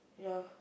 ya